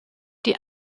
die